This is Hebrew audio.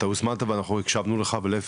אתה הוזמנת ואנחנו הקשבנו לך ולהיפך,